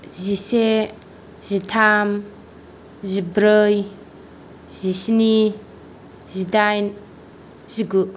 जिसे जिथाम जिब्रै जिस्नि जिदाइन जिगु